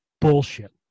bullshit